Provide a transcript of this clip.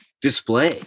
display